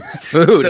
Food